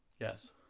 Yes